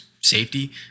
safety